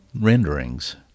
renderings